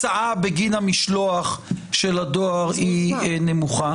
אבל אפילו אם אני מסתכל רק על ההוצאה בגין המשלוח של הדואר היא נמוכה.